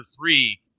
three –